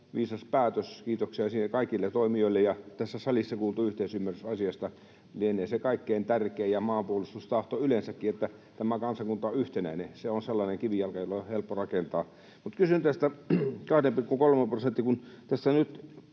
viisas päätös, kiitoksia siitä kaikille toimijoille. Tässä salissa kuultu yhteisymmärrys asiasta lienee se kaikkein tärkein ja maanpuolustustahto yleensäkin, että tämä kansakunta on yhtenäinen. Se on sellainen kivijalka, jolle on helppo rakentaa. Kysyn tästä, kun